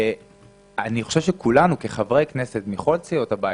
אני חושב שכולנו כחברי כנסת מכל סיעות הבית